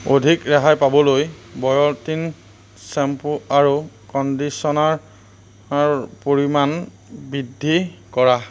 অধিক ৰেহাই পাবলৈ বায়'টিন শ্বেম্পু আৰু কণ্ডিচনাৰ আৰ পৰিমাণ বৃদ্ধি কৰা